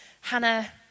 Hannah